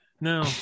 No